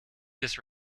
this